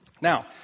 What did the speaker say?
Now